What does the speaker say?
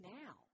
now